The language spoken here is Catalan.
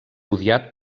odiat